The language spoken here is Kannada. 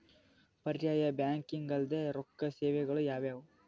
ಪರ್ಯಾಯ ಬ್ಯಾಂಕಿಂಗ್ ಅಲ್ದೇ ರೊಕ್ಕ ಸೇವೆಗಳು ಯಾವ್ಯಾವು?